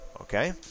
okay